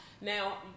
Now